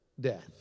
death